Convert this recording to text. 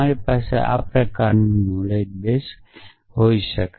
તમારી પાસે આ પ્રકાર નો નોલેજ બેસ હોઇ શકે